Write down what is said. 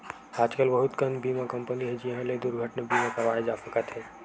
आजकल बहुत कन बीमा कंपनी हे जिंहा ले दुरघटना बीमा करवाए जा सकत हे